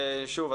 שוב,